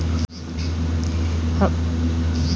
हमार सिम जीओ का बा त ओकर पैसा कितना मे भराई?